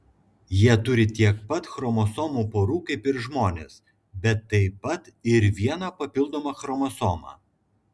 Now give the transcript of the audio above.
jie turi tiek pat chromosomų porų kaip ir žmonės bet taip pat ir vieną papildomą chromosomą